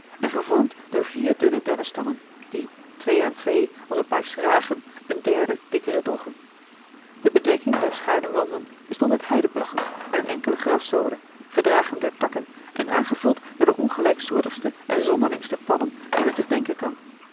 en gevormd eli heimans willem roda door vier dunne dennenstammen die twee aan twee als een paar schragen een derden dikkeren droegen de bedekking der schuine wanden bestond uit heideplaggen en eene enkele graszode gedragen door takken en aangevuld door de ongelijksoortigste en zonderlingste pannen die men zich denken kan